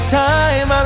time